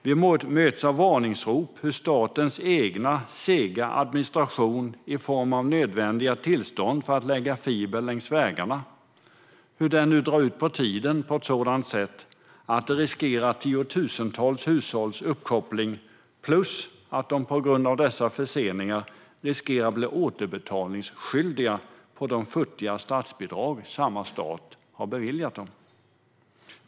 Vi möts av varningsrop om hur statens egen sega administration när det gäller nödvändiga tillstånd för att lägga fiber längs vägarna gör att arbetet drar ut på tiden på ett sådant sätt att tiotusentals hushålls uppkoppling riskeras. På grund av förseningarna riskerar man dessutom att bli återbetalningsskyldig för de futtiga statsbidrag samma stat har beviljat.